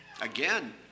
Again